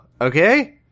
okay